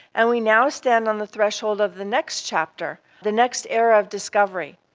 and we now stand on the threshold of the next chapter, the next era of discovery.